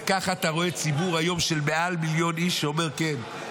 וככה אתה רואה היום ציבור של מעל מיליון איש שאומר כן,